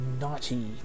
naughty